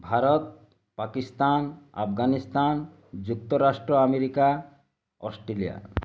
ଭାରତ ପାକିସ୍ତାନ୍ ଆଫଗାନିସ୍ତାନ୍ ଯୁକ୍ତରାଷ୍ଟ୍ର America Australia